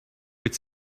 it’s